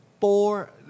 Four